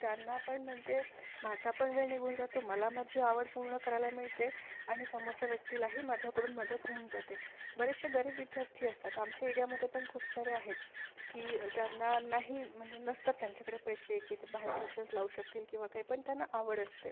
त्यांना पण म्हणजे माझा पण वेळ निघून जातो मला माझी आवड पूर्ण करायला मिळते आणि समोरच्या व्यक्तीलाही माझ्याकडून मदत होऊन जाते बरेचसे गरीब विद्यार्थी असतात आमच्या एरियामध्ये पण खूप सारे आहेत की ज्यांना नाही म्हणजे नसतात त्यांच्याकडे पैसे की ते बाहेर ट्यूशन्स लावू शकतील किंवा काय पण त्यांना आवड असते